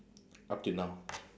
up till now